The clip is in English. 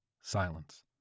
Silence